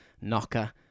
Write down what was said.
knocker